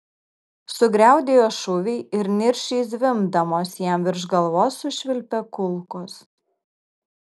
sugriaudėjo šūviai ir niršiai zvimbdamos jam virš galvos sušvilpė kulkos